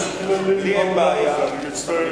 יש כללים באולם הזה, אני מצטער.